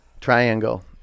Triangle